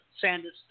Sanders